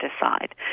decide